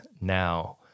now